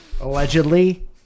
Allegedly